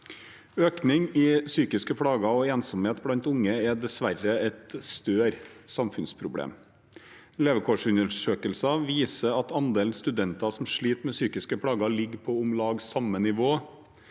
Økningen i psykiske plager og ensomhet blant unge er dessverre et større samfunnsproblem. Levekårsundersøkelsen viser at andelen studenter som sliter med psykiske plager, ligger på om lag samme nivå